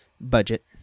budget